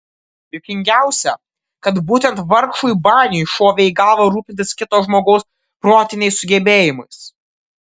juokingiausia kad būtent vargšui baniui šovė į galvą rūpintis kito žmogaus protiniais sugebėjimais